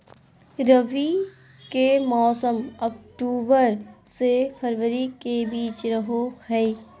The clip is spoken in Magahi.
रबी के मौसम अक्टूबर से फरवरी के बीच रहो हइ